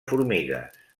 formigues